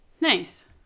Nice